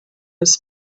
was